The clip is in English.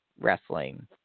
wrestling